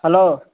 hello